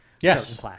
Yes